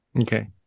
Okay